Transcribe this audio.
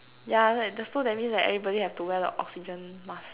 yeah so that means that everybody have to wear the oxygen mask